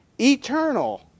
eternal